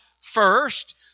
first